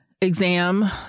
exam